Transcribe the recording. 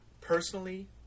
Personally